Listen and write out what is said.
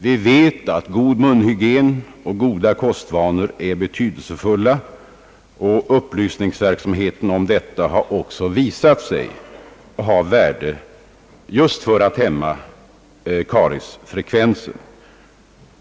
Vi vet att god munhygien och goda kostvanor är betydelsefulla, och upplysningsverksamheten om detta har också visat sig vara av värde just för att minska kariesfrekvensen.